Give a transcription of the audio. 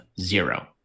zero